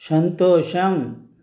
సంతోషం